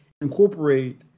incorporate